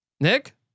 Nick